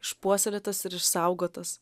išpuoselėtas ir išsaugotas